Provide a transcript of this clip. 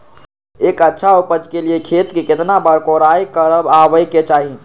एक अच्छा उपज के लिए खेत के केतना बार कओराई करबआबे के चाहि?